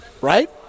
right